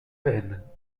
veine